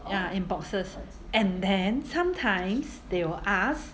ya in boxes and then sometimes they will ask